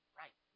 right